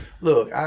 look